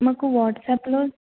మాకు వాట్సప్లో